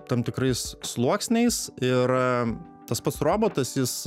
tam tikrais sluoksniais ir tas pats robotas jis